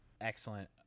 excellent